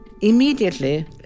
Immediately